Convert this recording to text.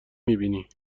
میبینی